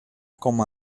como